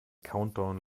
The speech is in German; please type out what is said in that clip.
countdown